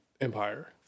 Empire